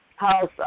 house